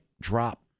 drop